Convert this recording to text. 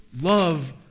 love